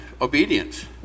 obedience